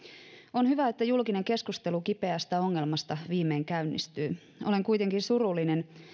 on hyvä että julkinen keskustelu kipeästä ongelmasta viimein käynnistyy olen kuitenkin surullinen